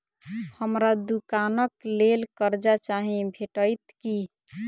हमरा दुकानक लेल कर्जा चाहि भेटइत की?